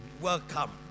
welcome